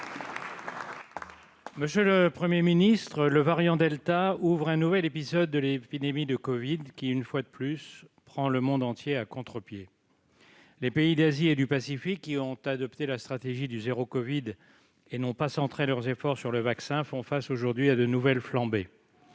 Monsieur le Premier ministre, le variant delta ouvre un nouvel épisode de l'épidémie de covid, qui, une fois de plus, prend le monde entier à contre-pied. Les pays d'Asie et du Pacifique qui ont adopté la stratégie du « zéro covid » et n'ont pas centré leurs efforts sur le vaccin font face aujourd'hui à de nouvelles flambées.